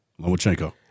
Lomachenko